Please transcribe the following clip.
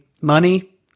money